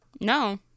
no